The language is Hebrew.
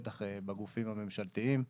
בטח בגופים הממשלתיים.